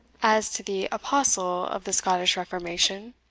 as to the apostle of the scottish reformation